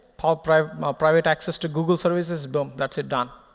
power private um ah private access to google services boom. that's it. done.